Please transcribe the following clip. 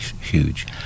huge